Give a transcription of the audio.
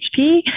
HP